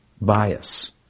bias